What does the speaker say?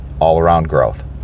allaroundgrowth